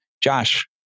Josh